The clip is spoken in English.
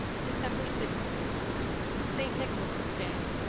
december sixth st. nicholas's day